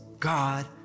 God